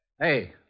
Hey